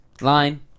Line